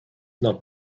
not